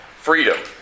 freedom